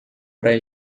praia